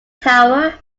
tower